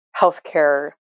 healthcare